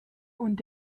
und